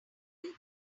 marry